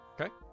Okay